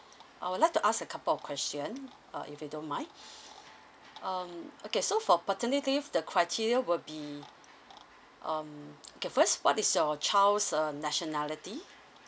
I would like to ask a couple of question uh if you don't mind um okay so for paternity leave the criteria will be um okay first what is your child's uh nationality